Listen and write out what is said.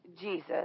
Jesus